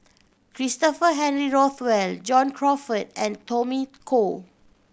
Christopher Henry Rothwell John Crawfurd and Tommy Koh